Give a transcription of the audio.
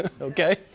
Okay